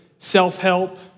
self-help